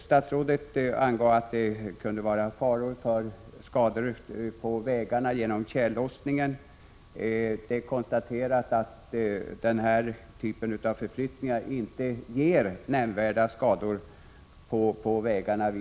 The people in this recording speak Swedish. Statsrådet angav att det kunde finnas faror för skador på vägarna genom tjällossningen. Det är konstaterat att den här typen av förflyttning inte ger nämnvärda skador på vägarna.